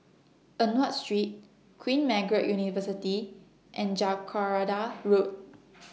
Eng Watt Street Queen Margaret University and Jacaranda Road